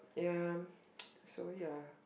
yeah so yeah